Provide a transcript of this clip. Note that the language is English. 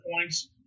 points